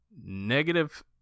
negative